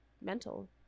mental